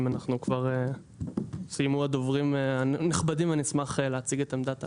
אם סיימו הדוברים אשמח להציג את העמדה.